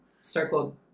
Circle